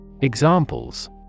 Examples